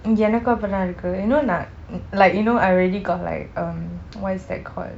எனக்கும் அப்படித்தான் இருக்கு:enakkum appadi thaan irukku you know or not like you know I already got like um what is that called